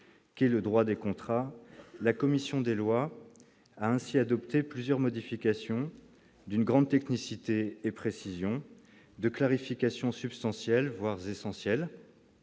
est le droit des contrats, la commission des lois a ainsi adopté plusieurs modifications d'une grande technicité et précision de clarification substantielles, voire essentiel,